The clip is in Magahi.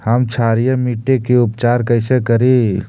हम क्षारीय मिट्टी के उपचार कैसे करी?